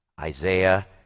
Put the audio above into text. Isaiah